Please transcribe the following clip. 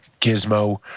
gizmo